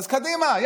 אז קדימה,